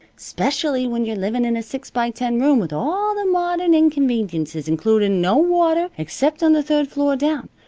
specially when you're living in a six-by-ten room with all the modern inconveniences, includin' no water except on the third floor down.